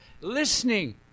listening